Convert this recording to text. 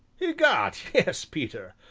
egad, yes, peter!